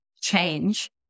change